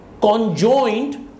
conjoined